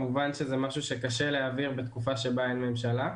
כמובן שזה משהו שקשה להעביר בתקופה שבה אין ממשלה.